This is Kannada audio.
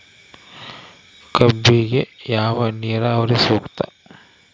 ಕಬ್ಬಿಗೆ ಯಾವ ನೇರಾವರಿ ಸೂಕ್ತ?